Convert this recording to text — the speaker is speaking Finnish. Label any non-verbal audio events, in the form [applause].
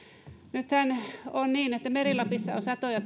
nythän on niin että meri lapissa on satoja [unintelligible]